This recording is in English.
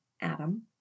Adam